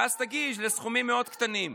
ואז תגיעי לסכומים קטנים מאוד.